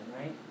right